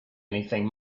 anything